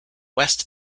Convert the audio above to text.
west